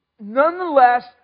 nonetheless